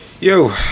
Yo